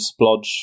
splodge